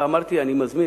ואמרתי שאני מזמין,